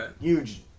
huge